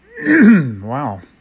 wow